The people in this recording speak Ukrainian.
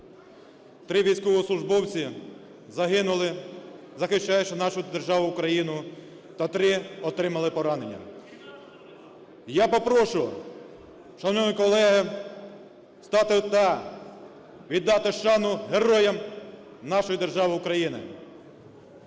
три військовослужбовці загинули, захищаючи нашу державу Україну, та три отримали поранення. Я попрошу, шановні колеги, встати та віддати шану героям нашої держави України.